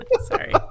sorry